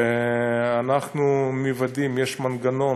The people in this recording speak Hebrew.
ואנחנו מוודאים, יש מנגנון